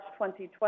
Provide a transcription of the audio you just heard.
2020